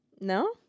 No